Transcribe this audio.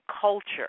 culture